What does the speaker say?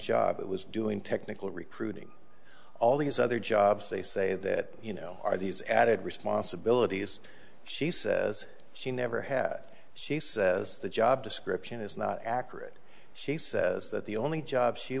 job it was doing technical recruiting all these other jobs they say that you know are these added responsibilities she says she never had she says the job description is not accurate she says that the only jobs she